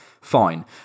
fine